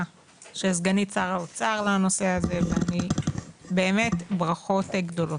של סגנית שר האוצר לנושא הזה ובאמת ברכות גדולות.